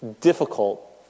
difficult